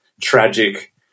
tragic